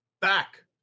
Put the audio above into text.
Back